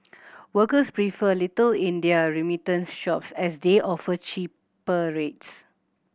workers prefer Little India remittance shops as they offer cheaper rates